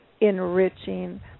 enriching